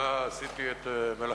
שהצעת חוק